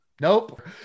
Nope